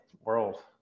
world